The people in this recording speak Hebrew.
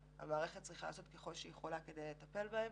שהמערכת צריכה לעשות ככל שהיא יכולה כדי לטפל בהם.